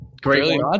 Great